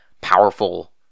powerful